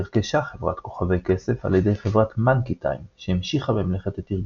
נרכשה חברת כוכבי-כסף על ידי חברת מאנקי-טיים שהמשיכה במלאכת התרגום.